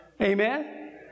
Amen